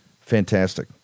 Fantastic